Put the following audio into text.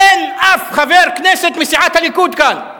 אין אף חבר כנסת מסיעת הליכוד כאן.